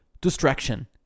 Distraction